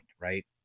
right